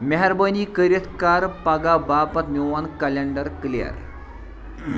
مہربٲنی کٔرِتھ کَر پگاہ باپَتھ میون کلٮ۪نڈر کٕلیَر